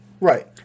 Right